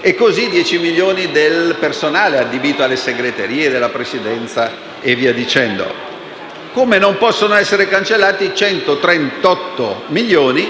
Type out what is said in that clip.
per i 10 milioni del personale adibito alle segreterie della Presidenza e via dicendo. Come non possono essere cancellati i 138 milioni